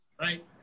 Right